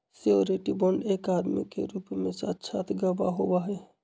surety bond एक आदमी के रूप में साक्षात गवाह होबा हई